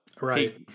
Right